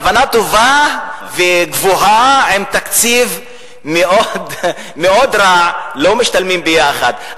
כוונה טובה וגבוהה ותקציב מאוד רע לא משתלבים ביחד.